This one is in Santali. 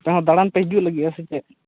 ᱟᱯᱮ ᱦᱚᱸ ᱫᱟᱲᱟᱱ ᱯᱮ ᱦᱤᱡᱩᱜ ᱞᱟᱹᱜᱤᱫ ᱼᱟ ᱥᱮ ᱪᱮᱫ